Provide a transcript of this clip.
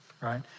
right